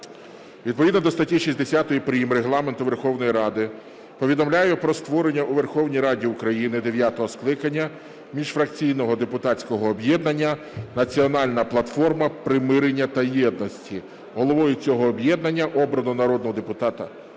Відповідно до статті 60 прим. Регламенту Верховної Ради повідомляю про створення у Верховній Раді України дев'ятого скликання міжфракційного депутатського об'єднання "Національна платформа примирення та єдності". Головою цього об'єднання обрано народного депутата